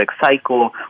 cycle